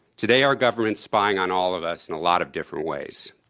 today our government's spying on all of us in a lot of different ways.